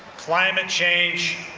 climate change,